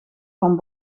van